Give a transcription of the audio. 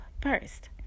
first